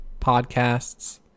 podcasts